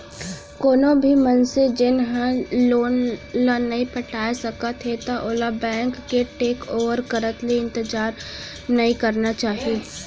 कोनो भी मनसे जेन ह लोन ल नइ पटाए सकत हे त ओला बेंक के टेक ओवर करत ले इंतजार नइ करना चाही